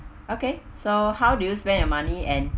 okay so how do you spend your money and